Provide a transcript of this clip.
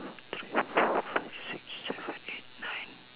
two three four five six seven eight nine